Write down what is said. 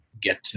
get